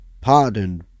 pardoned